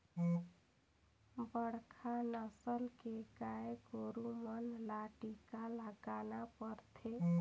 बड़खा नसल के गाय गोरु मन ल टीका लगाना परथे